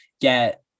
get